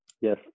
yes